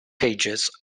pages